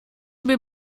mir